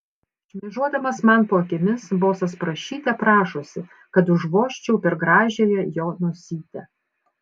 šmėžuodamas man po akimis bosas prašyte prašosi kad užvožčiau per gražiąją jo nosytę